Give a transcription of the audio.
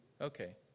Okay